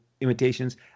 imitations